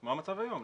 כמו המצב היום.